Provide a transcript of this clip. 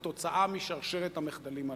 כתוצאה משרשרת המחדלים הללו.